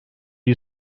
you